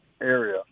area